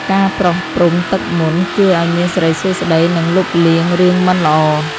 ការប្រោះព្រំទឹកមន្ត ជួយឱ្យមានសិរីសួស្តី និងលុបលាងរឿងមិនល្អ។